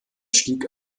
stieg